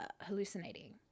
hallucinating